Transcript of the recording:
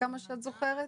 מכמה שאת זוכרת?